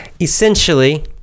Essentially